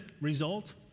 result